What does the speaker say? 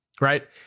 right